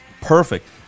perfect